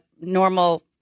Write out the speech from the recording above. normal